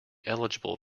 eligible